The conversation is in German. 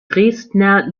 dresdner